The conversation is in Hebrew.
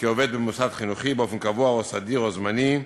כעובד במוסד חינוכי באופן קבוע סדיר או זמני,